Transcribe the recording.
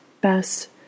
best